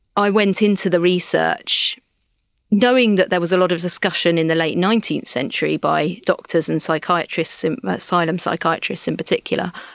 i went into the research knowing that there was a lot of discussion in the late nineteenth century by doctors and psychiatrists, and asylums psychiatrists in particular,